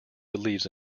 believes